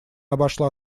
обошла